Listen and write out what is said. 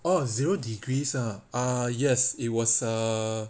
oh zero degrees are ah yes it was err